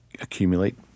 accumulate